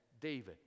David